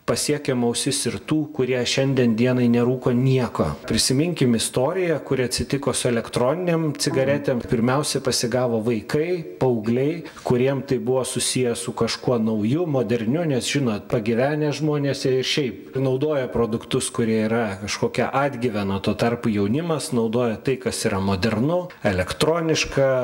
pasiekiam ausis ir tų kurie šiandien dienai nerūko nieko prisiminkim istoriją kuri atsitiko su elektroninėm cigaretėm pirmiausia pasigavo vaikai paaugliai kuriem tai buvo susiję su kažkuo nauju moderniu nes žinot pagyvenę žmonės jie ir šiaip naudoja produktus kurie yra kažkokia atgyvena tuo tarpu jaunimas naudoja tai kas yra modernu elektroniška